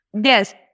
Yes